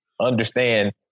understand